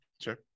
Sure